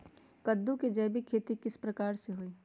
कददु के जैविक खेती किस प्रकार से होई?